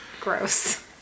Gross